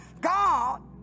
God